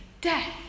death